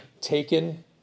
taken